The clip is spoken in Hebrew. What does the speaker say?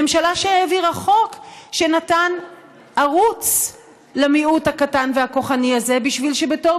ממשלה שהעבירה חוק שנתן ערוץ למיעוט הקטן והכוחני הזה בשביל שבתור